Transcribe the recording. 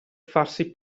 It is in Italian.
farsi